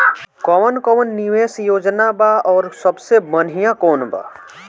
कवन कवन निवेस योजना बा और सबसे बनिहा कवन बा?